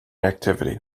activity